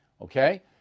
okay